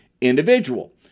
individual